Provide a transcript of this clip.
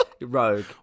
Rogue